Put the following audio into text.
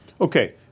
Okay